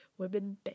Women